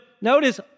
notice